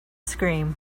scream